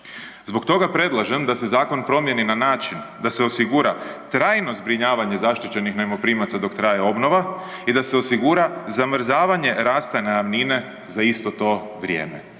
Zbog toga predlažem da se zakon promijeni na način da se osigura trajno zbrinjavanje zaštićenih najmoprimaca dok traje obnova i da se osigura zamrzavanja rasta najamnine za isto to vrijeme.